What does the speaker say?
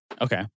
okay